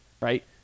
right